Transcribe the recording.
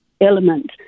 element